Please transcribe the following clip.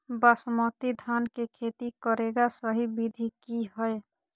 बासमती धान के खेती करेगा सही विधि की हय?